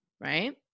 right